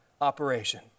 operation